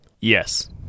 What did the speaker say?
Yes